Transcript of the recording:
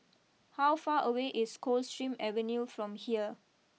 how far away is Coldstream Avenue from here